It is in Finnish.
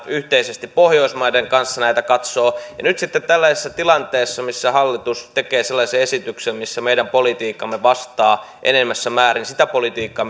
yhteisesti pohjoismaiden kanssa näitä katsoa niin nyt sitten tällaisessa tilanteessa missä hallitus tekee sellaisen esityksen missä meidän politiikkamme vastaa enemmässä määrin sitä politiikkaa